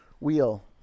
wheel